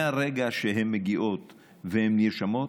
מהרגע שהן מגיעות והן נרשמות,